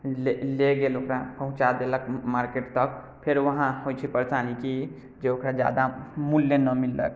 लऽ गेल ओकरा पहुँचा देलक मार्केट तक फेर वहाँ होइ छै परेशानी जे ओकरा ज्यादा मूल्य नहि मिललक